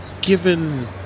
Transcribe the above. given